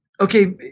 Okay